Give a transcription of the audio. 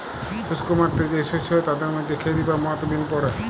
শুষ্ক মাটিতে যেই শস্য হয় তাদের মধ্যে খেরি বা মথ বিন পড়ে